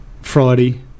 friday